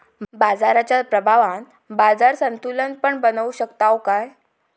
बाजाराच्या प्रभावान बाजार संतुलन पण बनवू शकताव काय?